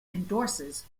endorses